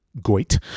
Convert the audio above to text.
goit